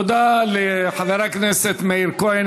תודה לחבר הכנסת מאיר כהן.